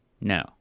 no